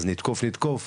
אז נתקוף נתקוף,